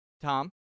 Tom